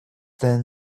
then